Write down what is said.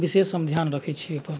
विशेष हम धिआन रखै छी अपन